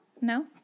No